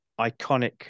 iconic